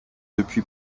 depuis